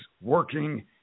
working